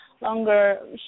longer